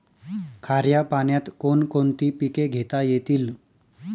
खाऱ्या पाण्यात कोण कोणती पिके घेता येतील?